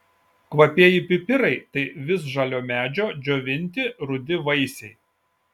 kvapieji pipirai tai visžalio medžio džiovinti rudi vaisiai